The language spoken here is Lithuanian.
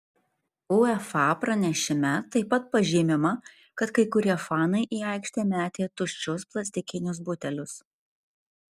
uefa pranešime taip pat pažymima kad kai kurie fanai į aikštę metė tuščius plastikinius butelius